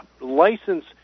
license